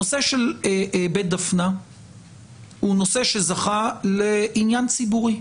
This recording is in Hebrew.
הנושא של בית דפנה הוא נושא שזכה לעניין ציבורי,